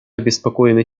обеспокоены